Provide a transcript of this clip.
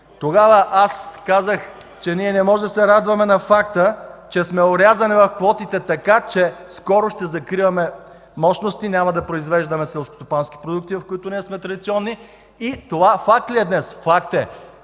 Тогава казах, че не може да се радваме на факта, че сме орязани в квотите така, че скоро ще закриваме мощности, няма да произвеждаме селскостопански продукти, в които ние сме традиционни. Това факт ли е днес? Факт е!